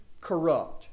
corrupt